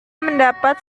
mendapat